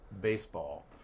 baseball